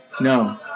No